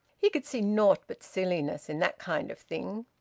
he could see naught but silliness in that kind of thing.